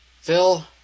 Phil